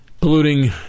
polluting